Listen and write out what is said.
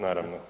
Naravno.